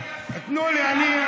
אני אומר, תנו לי.